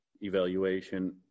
evaluation